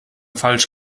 falsch